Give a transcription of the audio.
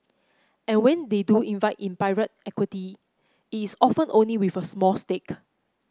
and when they do invite in pirate equity it is often only with a small stake